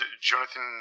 Jonathan